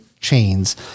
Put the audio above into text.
chains